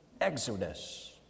Exodus